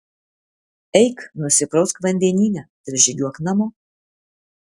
eik nusiprausk vandenyne ir žygiuok namo